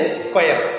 square